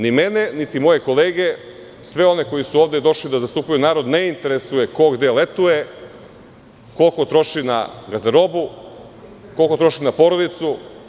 Ni mene, niti moje kolege, sve one koji su došli ovde da zastupaju narod, ne interesuje ko gde letuje, koliko troši na garderobu, koliko troši na porodicu.